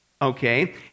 Okay